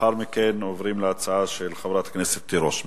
לאחר מכן עוברים להצעה של חברת הכנסת תירוש.